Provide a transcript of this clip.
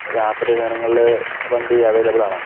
രാത്രി കാലങ്ങളില് വണ്ടി അവൈലബിളാണോ